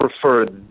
prefer